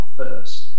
first